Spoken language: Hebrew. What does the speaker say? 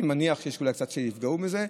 אני מניח שיש קצת שייפגעו מזה,